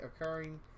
occurring